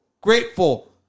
Grateful